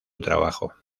trabajo